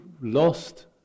lost